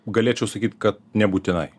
galėčiau sakyt kad nebūtinai